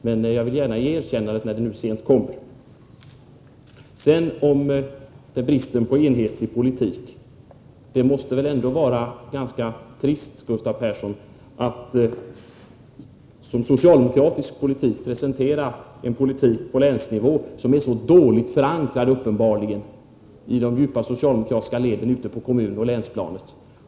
Men när ni nu insett detta vill jag gärna ge er ett erkännande. Några ord om bristen på enhetlig politik. Det måste väl ändå vara ganska trist, Gustav Persson, att som socialdemokratisk politik på länsnivå presentera något som uppenbarligen är så dåligt förankrat i de djupa socialdemokratiska leden på kommunoch länsplanet.